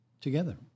Together